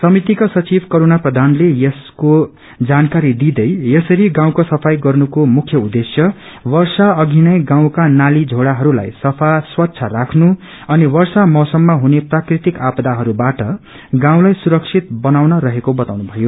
समितिका सचिव करूणा प्रधानले यसको जानकारी दिदै भन्नुभयो यसरी बाउँको सफ्राई गर्नुको मुख्य उदेश्य वर्षा अवि नै गाउँका नाली झोड़ाहरूलाई सफ्रा गरेर स्वच्छ राख्नु अनि वर्षा मैसमा हुने प्राकुतिक आपदाहरूबाट गाउँलाई सुरक्षित बनाउनु रहेको बताउनु भयो